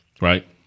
right